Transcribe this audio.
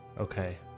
Okay